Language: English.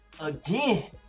again